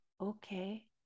okay